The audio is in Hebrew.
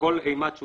אימת שהוא